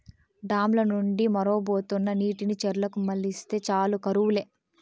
dam ల నుండి మొరవబోతున్న నీటిని చెర్లకు మల్లిస్తే చాలు కరువు లే